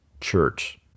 church